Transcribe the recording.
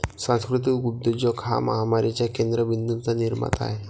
सांस्कृतिक उद्योजक हा महामारीच्या केंद्र बिंदूंचा निर्माता आहे